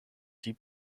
die